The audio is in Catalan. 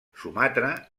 sumatra